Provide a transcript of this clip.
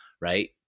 right